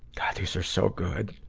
god, these are so good!